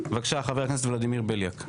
בבקשה, חבר הכנסת ולדימיר בליאק.